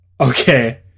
Okay